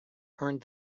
earned